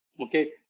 Okay